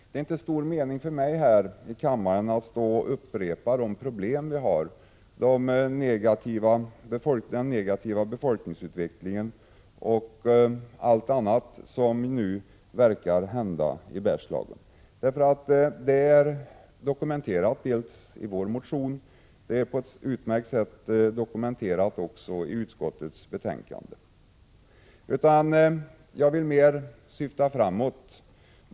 Det är inte stor mening för mig att stå här i kammaren och upprepa de problem vi har, den negativa befolkningsutvecklingen och allt annat som nu verkar hända i Bergslagen. Det är dokumenterat dels i vår motion, dels på ett alldeles utmärkt sätt i utskottets betänkande. Jag vill mer syfta framåt.